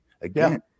Again